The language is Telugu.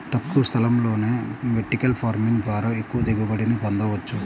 తక్కువ స్థలంలోనే వెర్టికల్ ఫార్మింగ్ ద్వారా ఎక్కువ దిగుబడిని పొందవచ్చు